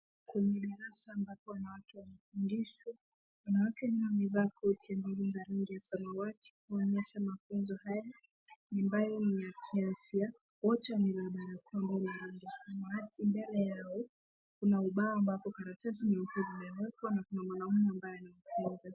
Kwenye darasa ambapo wanawake wanafundishwa, wanawake wengine wamevaa koti za rangi ya samawati kuonyesha mafunzo haya ambayo ni kiafya. Wote wamevaa barakoa ambayo ni ya rangi ya samawati. Mbele yao kuna ubao ambapo karatasi nyeupe zimewekwa na kuna mwanaume ambaye anafunza.